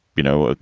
you know, ah